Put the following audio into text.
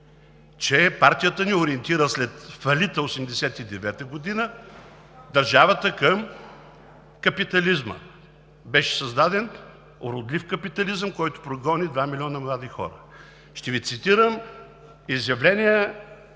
че партията ни ориентира, след фалита през 1989 г., държавата към капитализма. Беше създаден уродлив капитализъм, който прогони 2 милиона млади хора. Ще Ви цитирам изявление